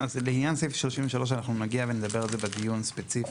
לעניין סעיף 33 אנחנו נגיע ונדבר על זה בדיון באופן ספציפי.